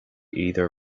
either